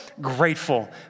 grateful